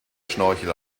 schnorchel